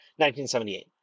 1978